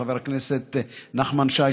חבר הכנסת נחמן שי,